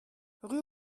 rue